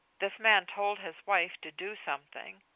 this man told his wife to do something,